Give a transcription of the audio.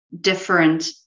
different